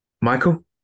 Michael